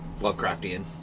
Lovecraftian